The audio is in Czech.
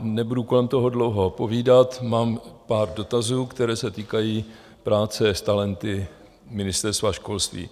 Nebudu kolem toho dlouho povídat, mám pár dotazů, které se týkají práce s talenty od Ministerstva školství.